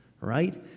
Right